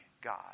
God